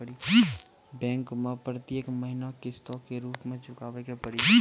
Bank मैं प्रेतियेक महीना किस्तो के रूप मे चुकाबै के पड़ी?